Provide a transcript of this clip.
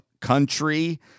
country